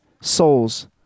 souls